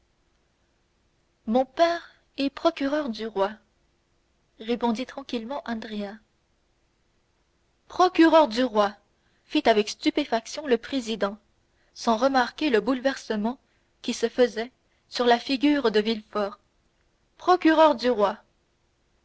mon père est procureur du roi répondit tranquillement andrea procureur du roi fit avec stupéfaction le président sans remarquer le bouleversement qui se faisait sur la figure de villefort procureur du roi